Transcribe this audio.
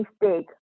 mistake